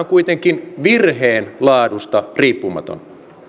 kuitenkin virheen laadusta riippumaton